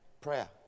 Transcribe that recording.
Prayer